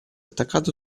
attaccato